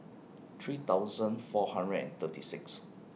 three thousand four hundred and thirty six